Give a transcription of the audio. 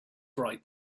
right